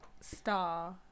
star